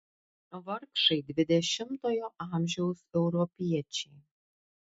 vargšai dvidešimtojo amžiaus europiečiai